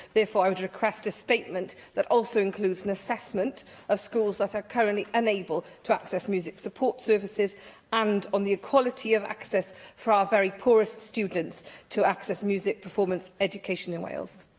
therefore, i would request a statement that also includes an assessment of schools that are currently unable to access music support services and on the equality of access for our very poorest students to access music performance education in wales.